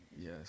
Yes